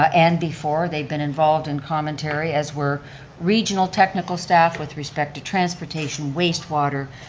and before, they've been involved in commentary as were regional technical staff with respect to transportation, wastewater,